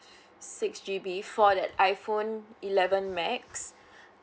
six G_B for that iPhone eleven max